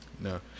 No